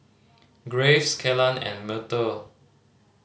Graves Kellan and Myrtle